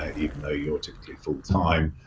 ah even though you're technically full time.